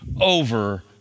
over